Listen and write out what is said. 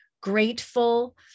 grateful